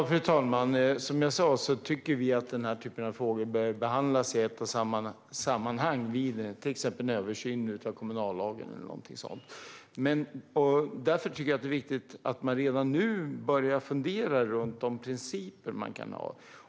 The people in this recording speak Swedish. Fru talman! Som jag sa tycker vi att den här typen av frågor bör behandlas i ett och samma sammanhang vid till exempel en översyn av kommunallagen. Därför tycker jag att det är viktigt att man redan nu börjar fundera på vilka principer man kan ha.